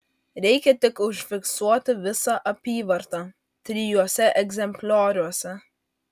reikia tik užfiksuoti visą apyvartą trijuose egzemplioriuose